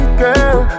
girl